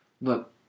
Look